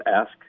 ask